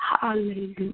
Hallelujah